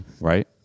Right